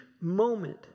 moment